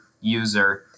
user